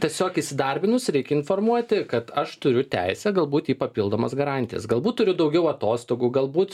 tiesiog įsidarbinus reikia informuoti kad aš turiu teisę galbūt į papildomas garantijas galbūt turiu daugiau atostogų galbūt